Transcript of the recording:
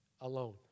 alone